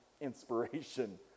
inspiration